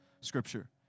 scripture